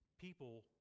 people